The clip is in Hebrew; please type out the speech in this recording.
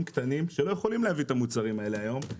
קטנים שלא יכולים להביא את המוצרים האלה היום,